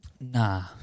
Nah